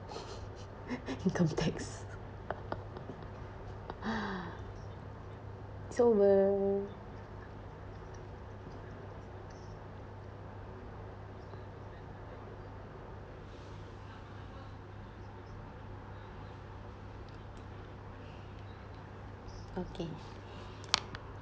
income tax it's over okay